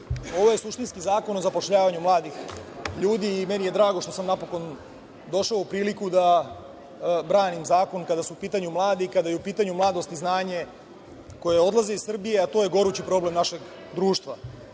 Ovo je suštinski zakon o zapošljavanju mladih ljudi i meni je drago što sam napokon došao u priliku da branim zakon kada su u pitanju mladi, kada je u pitanju mladost i znanje koje odlazi iz Srbije, a to je gorući problem našeg društva. Dakle,